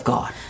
God